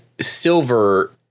Silver